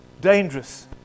dangerous